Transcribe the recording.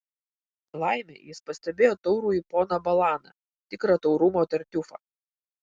laimė jis pastebėjo taurųjį poną balaną tikrą taurumo tartiufą